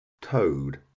toad